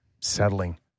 settling